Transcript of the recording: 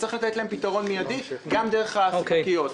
צריך לתת להם פתרון מיידי דרך הספקיות.